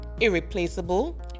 irreplaceable